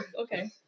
okay